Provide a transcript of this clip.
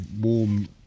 warm